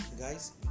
Guys